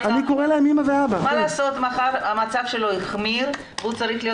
מחר המצב שלו יחמיר והוא צריך להיות